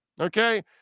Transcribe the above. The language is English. Okay